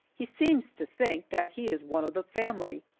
he seems to think that he is one of the family,